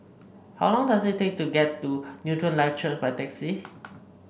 how long does it take to get to Newton Life Church by taxi